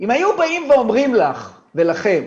אם היו באים ואומרים לך ולכם,